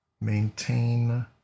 maintain